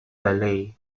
valet